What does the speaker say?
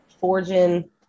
forging